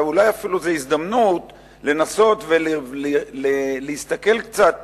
ואולי אפילו זו הזדמנות לנסות ולהסתכל קצת